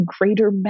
greater